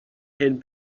hen